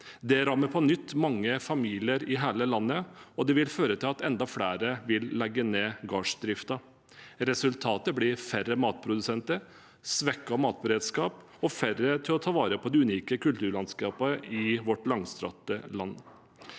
Det rammer på nytt mange familier i hele landet, og det vil føre til at enda flere legger ned gårdsdriften. Resultatet blir færre matprodusenter, svekket matberedskap og færre til å ta vare på det unike kulturlandskapet i vårt langstrakte land.